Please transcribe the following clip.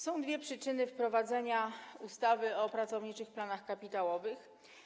Są dwie przyczyny wprowadzenia ustawy o pracowniczych planach kapitałowych.